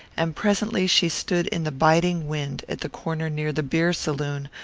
and presently she stood in the biting wind at the corner near the beer-saloon,